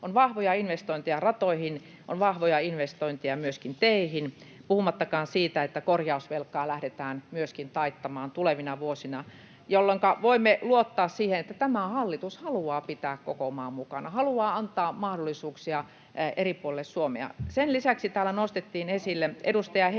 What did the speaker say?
On vahvoja investointeja ratoihin, on vahvoja investointeja myöskin teihin, puhumattakaan siitä, että myöskin korjausvelkaa lähdetään taittamaan tulevina vuosina, jolloinka voimme luottaa siihen, että tämä hallitus haluaa pitää koko maan mukana, haluaa antaa mahdollisuuksia eri puolille Suomea. [Ben Zyskowicz: Vastuuta koko Suomesta! —